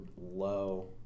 low